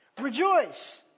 Rejoice